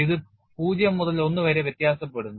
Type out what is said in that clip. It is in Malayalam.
ഇത് 0 മുതൽ 1 വരെ വ്യത്യാസപ്പെടുന്നു